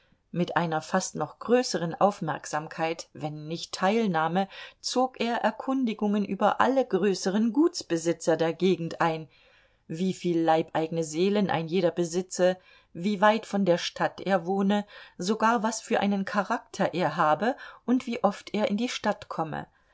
mit einer fast noch größeren aufmerksamkeit wenn nicht teilnahme zog er erkundigungen über alle größeren gutsbesitzer der gegend ein wieviel leibeigene seelen ein jeder besitze wie weit von der stadt er wohne sogar was für einen charakter er habe und wie oft er in die stadt komme